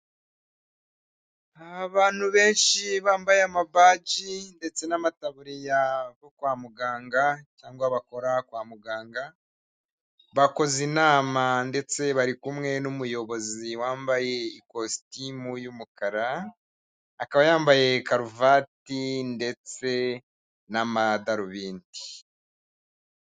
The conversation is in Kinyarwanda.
Abantu benshi bambaye amabaji ndetse n'amataburiya bo kwa muganga cyangwa bakora kwa muganga, bakoze inama ndetse bari kumwe n'umuyobozi wambaye ikositimu y'umukara, akaba yambaye karuvati ndetse n'amadarubindi.